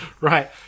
Right